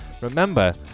Remember